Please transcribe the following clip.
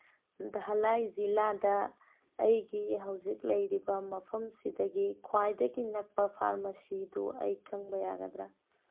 ꯙꯂꯥꯏ ꯖꯤꯂꯥꯗ ꯑꯩꯒꯤ ꯍꯧꯖꯤꯛ ꯂꯩꯔꯤꯕ ꯃꯐꯝꯁꯤꯗꯒꯤ ꯈ꯭ꯋꯥꯏꯗꯒꯤ ꯅꯛꯄ ꯐꯥꯔꯃꯥꯁꯤꯗꯨ ꯑꯩ ꯈꯪꯕ ꯌꯥꯒꯗ꯭ꯔꯥ